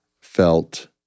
felt